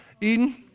Eden